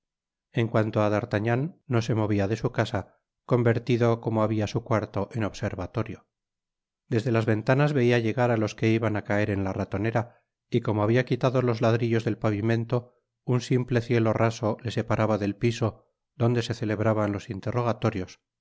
en cuanto á d'artagnan no se movia de su casa convertido como habia su cuarto en observatorio desde las ventanas veia llegar á los que iban á caer en la ratonera y como habia quitado los ladrillos del pavimento un simple cielo raso le separaba del piso bajo donde se celebraban los interrogatorios